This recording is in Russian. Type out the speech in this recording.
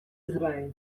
израиль